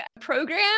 program